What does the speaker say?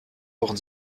wochen